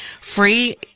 free